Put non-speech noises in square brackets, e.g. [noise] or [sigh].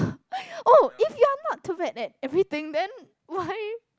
[breath] oh if you're not too bad at everything then why